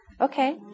Okay